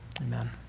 amen